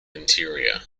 interior